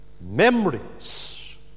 Memories